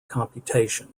computation